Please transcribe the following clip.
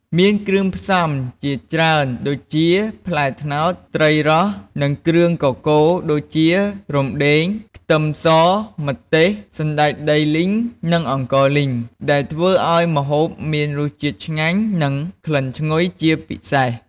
មានគ្រឿងផ្សំជាច្រើន ដូចជា ផ្លែត្នោត ត្រីរ៉ស់ និងគ្រឿងកកូរដូចជា រំដេង ខ្ទឹមស ម្ទេស សណ្ដែកដីលីង និងអង្ករលីង ដែលធ្វើឱ្យម្ហូបមានរសជាតិឆ្ងាញ់ និងក្លិនឈ្ងុយជាពិសេស។